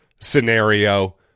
scenario